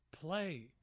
play